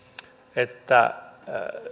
että